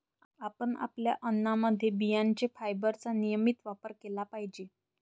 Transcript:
आपण आपल्या अन्नामध्ये बियांचे फायबरचा नियमित वापर केला पाहिजे